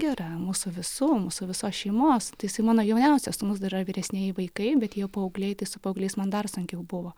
gera mūsų visų mūsų visos šeimos tai jisai mano jauniausias sūnus dar yra vyresnieji vaikai bet jie jau paaugliai tai su paaugliais man dar sunkiau buvo